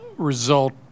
result